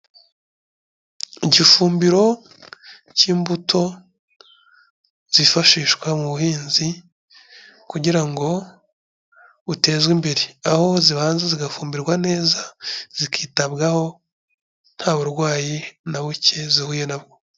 Igifumbiro k'imbuto zifashishwa mu buhinzi kugira ngo butezwe imbere. Aho zibanza zigafumbirwa neza zikitabwaho nta burwayi na buke zihuye nabwo.